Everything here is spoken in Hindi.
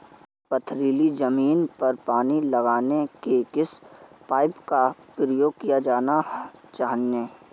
पथरीली ज़मीन पर पानी लगाने के किस पाइप का प्रयोग किया जाना चाहिए?